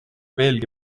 veelgi